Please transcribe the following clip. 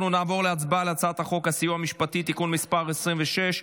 להצבעה על הצעת חוק הסיוע המשפטי (תיקון מס' 26)